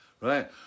right